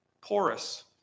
porous